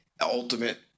ultimate